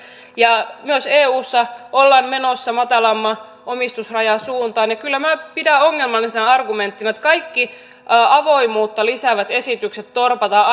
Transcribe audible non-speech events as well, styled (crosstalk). myös eussa ollaan menossa matalamman omistusrajan suuntaan kyllä minä pidän ongelmallisena että kaikki avoimuutta lisäävät esitykset torpataan (unintelligible)